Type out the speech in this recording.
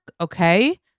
Okay